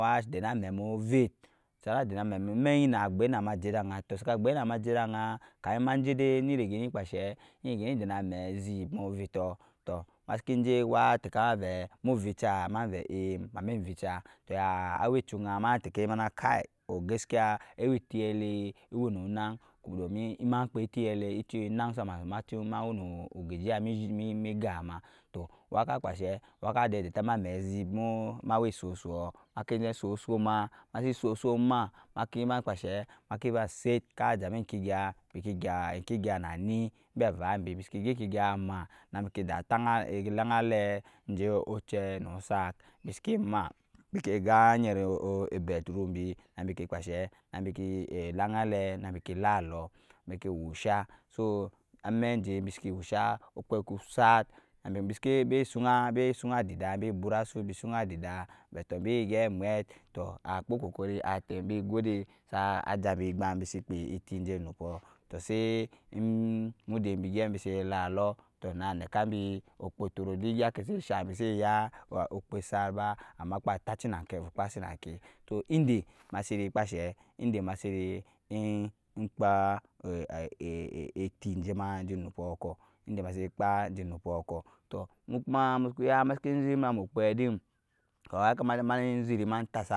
Wa dɛn amɛ mɔɔ ovɛt sana dɛn amɛk gi na gbɛnama jɛ da agan tɔɔ saka gbɛnama jɛ da agan kamin majɛ dɛ ni rege gi kpashɛ di rege gi dɛn amɛ zip mɔɔ ovɛ tɔɔ tɔɔ masiki jɛ watɛkama mɛ mɔɔ vichan ma vɛ e mami vicha tɔɔ yaya awa ɛchugang matɛkɛ vɛ kai ogaskiya awa ɛtɛ elɛ awɔnɔ ogang domi makpa ɛtɛ lɛ ma we nɔɔ ogɛzai mɛ ɛgapma tɔɔ waka jɛ dɛntama amɛ zip ma awa sɔɔ sɔɔ makin sɔɔ sɔɔ ma maki kpashɛ moki ba sɛt ka jami enkigya biki gya enkigya na ni bisiki gya enkigya ma biki lang alɛ ajɛ ochɛ nɔɔ osak bisiki ma biki gan ajyɛt in obafurum bi na biki kpashe lannalɛ lalɔɔ niki wusha sɔɔ amɛk jɛ bisiki wusha okpɛi suku sat bi sung adda bi bur asu bi sung adida vɛ bi gɛp mɛɛ tɔɔ a kpɔɔ kɔkɔri godɛ sa jambi egbam bisi kpa etɛ injɛ omupɔɔ mudɛi bi gɛp bisi lalɔɔ tɔɔ na nɛkabi okpɔ tɔrɔ duk egya nkɛ shi shang bisi ya okpɛ sat ba amakpa tachi nakɛ tɔɔ inde masiri kpashɛ enkpa eti jɛma jɛ nupɔɔ kɔɔ tɔɔ musuku ya ma zɛk ma amukpɛ din tɔɔ yakamata ma zɛt tasa,